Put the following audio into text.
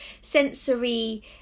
sensory